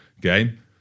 game